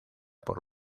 por